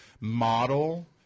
model